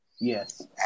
Yes